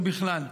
או בכלל.